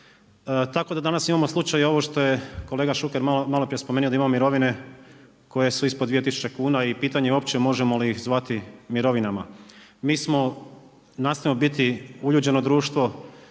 tako da danas imamo slučaj ovo što je kolega malo prije spomenuo da imamo mirovine koje su ispod 2000 kuna i pitanje je uopće možemo li ih zvati mirovinama. Mi smo, nastojimo biti uljuđeno društvo,